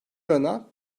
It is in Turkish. yana